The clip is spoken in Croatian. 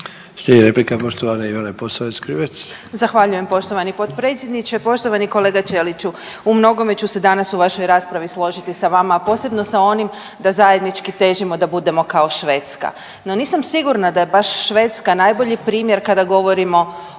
**Posavec Krivec, Ivana (Nezavisni)** Zahvaljujem poštovani potpredsjedniče. Poštovani kolega Ćeliću u mnogome ću se danas u vašoj raspravi složiti sa vama, a posebno sa onim da zajednički težimo da budemo kao Švedska. No, nisam baš sigurna da je baš Švedska najbolji primjer kada govorimo